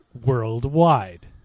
worldwide